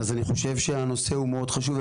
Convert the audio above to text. אז אני חושב שהנושא הוא מאוד חשוב,